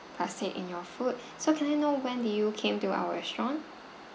plastic in your food so can I know when did you came to our restaurant